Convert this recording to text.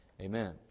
amen